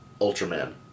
Ultraman